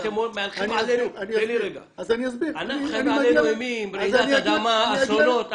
אתם מהלכים עלינו אימים עם רעידות אדמה, אסונות.